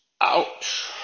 Ouch